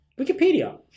Wikipedia